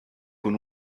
con